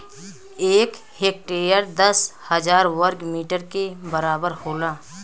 एक हेक्टेयर दस हजार वर्ग मीटर के बराबर होला